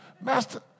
Master